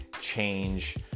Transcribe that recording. change